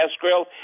grill